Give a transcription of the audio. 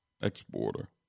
exporter